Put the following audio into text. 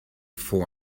for